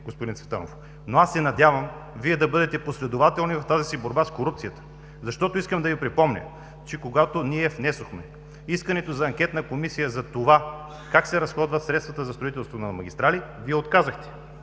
господин Цветанов. Надявам се Вие да бъдете последователни в тази борба с корупцията. Искам да припомня, че когато ние внесохме искането за анкетна комисия за това как се разходват средствата за строителство на магистрали, Вие отказахте.